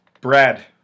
Brad